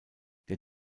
der